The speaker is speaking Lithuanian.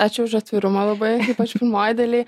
ačiū už atvirumą labai ypač pirmoj daly